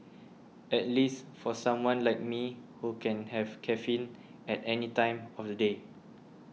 at least for someone like me who can have caffeine at any time of the day